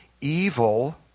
evil